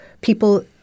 people